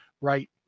Right